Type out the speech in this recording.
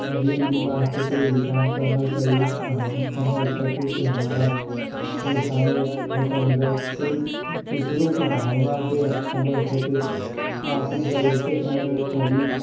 दिल दिमाग से कोई भी काम करना चाहिए हम समझ सकें कि हमारा परेशानी ख़त्म हो जाए कोई दूसरों की भावना से समझ सके आप दौड़ते समय तभी